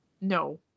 no